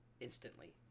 instantly